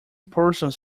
persons